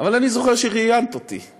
אבל אני זוכר שראיינת אותי.